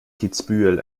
kitzbühel